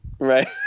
Right